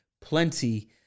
plenty